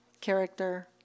character